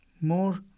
more